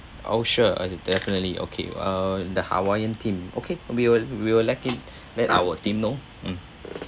oh sure uh definitely okay uh the hawaiian theme okay we will we will let it let our team know mm